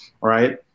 right